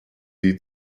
sie